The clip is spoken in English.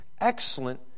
excellent